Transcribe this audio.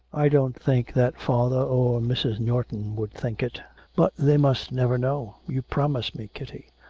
i don't think that father or mrs. norton would think it but they must never know. you promise me, kitty.